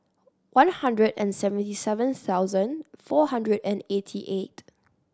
one hundred and seventy seven thousand four hundred and eighty eight